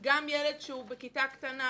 שגם ילד שהוא בכיתה קטנה,